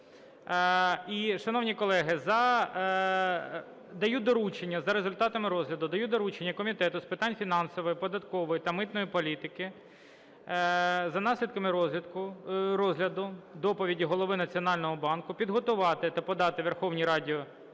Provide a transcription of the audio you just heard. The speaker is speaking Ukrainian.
І, шановні колеги, даю доручення, за результатами розгляду даю доручення Комітету з питань фінансової, податкової та митної політики за наслідками розгляду доповіді Голови Національного банку підготувати та подати Верховній Раді